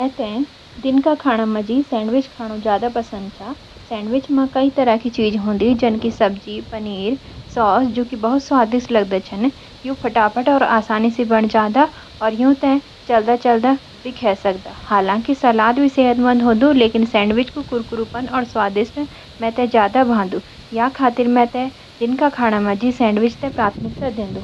मेते दिन का खाना माजी सैंडविच खानु जादा पसंद छा। सैंडविच मा काई तरह की चीज होंदी जन की सब्जी पनीर सॉस जू की बहुत स्वादिस्ट लगदा छन। यू फटाफट और आसान सी बानी जादा और यू ते चलदा फिरदा भी खे सकदा। हलंकी सलाद भी सेहतमंद होंडु लेकिन सैंडविच कू कुरकुरु पन्न और स्वाद मेटे जादा भांडू। यखतीर में नकुल मजी सैंडविच ते प्रथमिकता डेंडु।